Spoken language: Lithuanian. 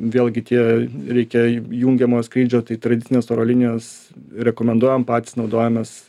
vėlgi tie reikia jun jungiamojo skrydžio tai tradicinės oro linijos rekomenduojam patys naudojamės